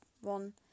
one